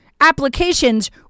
applications